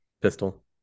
pistol